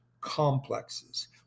complexes